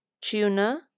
tuna